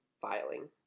filing